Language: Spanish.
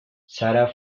sara